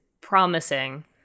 promising